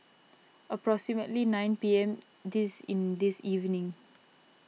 approximately nine P M this in this evening